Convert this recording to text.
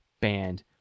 band